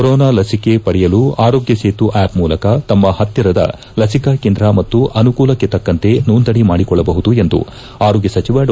corona ಲಸಿಕೆ ಪಡೆಯಲು Aarogya Setu app ಮೂಲಕ ತಮ್ನ ಹತ್ತಿರದ ಲಸಿಕಾ ಕೇಂದ್ರ ಮತ್ತು ಅನುಕೂಲಕ್ಷೆ ತಕ್ಕಂತೆ ನೋಂದಣಿ ಮಾಡಿಕೊಳ್ಳಬಹುದು ಎಂದು ಆರೋಗ್ಯ ಸಚಿವ ಡಾ